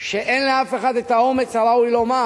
שאין לאף אחד האומץ הראוי לומר,